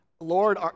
Lord